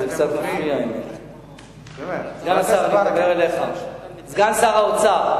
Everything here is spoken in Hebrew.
סגן שר האוצר,